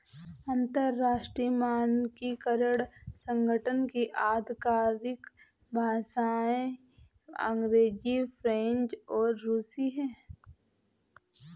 अंतर्राष्ट्रीय मानकीकरण संगठन की आधिकारिक भाषाएं अंग्रेजी फ्रेंच और रुसी हैं